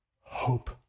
Hope